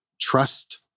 trust